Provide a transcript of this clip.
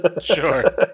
Sure